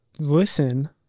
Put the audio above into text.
listen